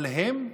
אבל הם,